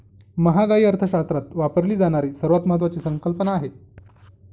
महागाई अर्थशास्त्रात वापरली जाणारी सर्वात महत्वाची संकल्पना आहे